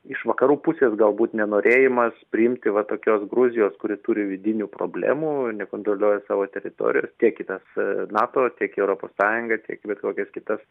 iš vakarų pusės galbūt nenorėjimas priimti va tokios gruzijos kuri turi vidinių problemų nekontroliuoja savo teritorijos tiek į tas nato tiek į europos sąjungą tiek į bet kokias kitas